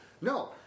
no